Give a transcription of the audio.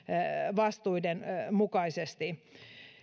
vastuiden mukaisesti